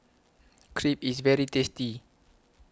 Crepe IS very tasty